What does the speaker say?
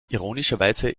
ironischerweise